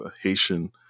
Haitian